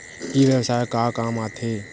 ई व्यवसाय का काम आथे?